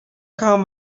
gaan